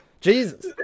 Jesus